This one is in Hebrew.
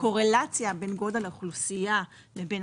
קורלציה בין גודל האוכלוסייה לבין